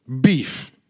beef